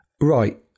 right